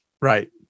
Right